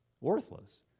worthless